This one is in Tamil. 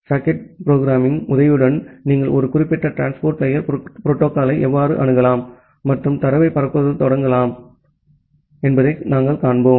சாக்கெட் நிரலாக்கத்தின் உதவியுடன் நீங்கள் ஒரு குறிப்பிட்ட டிரான்ஸ்போர்ட் லேயர் புரோட்டோகால்யை எவ்வாறு அணுகலாம் மற்றும் தரவைப் பரப்புவதைத் தொடங்கலாம் என்பதை நாங்கள் காண்போம்